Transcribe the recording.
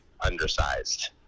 undersized